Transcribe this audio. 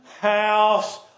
house